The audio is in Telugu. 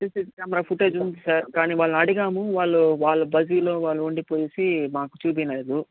సీసీ కెమెరా ఫుటేజ్ ఉంది సార్ కానీ వాళ్ళనడిగాము వాళ్ళు వాళ్ళ బిజీలో ఉండిపోయేసి మాకు చూపీయలేదు